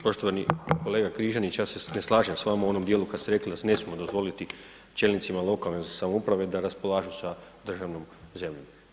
Poštovani kolega Križanić, ja se ne slažem s vama u onom dijelu kad ste rekli da se ne smije dozvoliti čelnicima lokalne samouprave da raspolažu sa državnom zemljom.